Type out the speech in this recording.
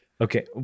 Okay